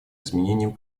изменением